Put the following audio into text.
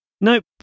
nope